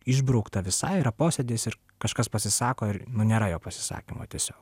išbrauktą visai yra posėdis ir kažkas pasisako ir nu nėra jo pasisakymo tiesiog